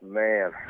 man